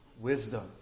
Wisdom